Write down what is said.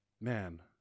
man